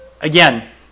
again